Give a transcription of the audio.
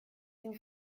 une